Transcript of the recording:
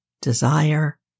desire